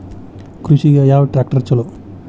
ಕೃಷಿಗ ಯಾವ ಟ್ರ್ಯಾಕ್ಟರ್ ಛಲೋ?